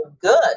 good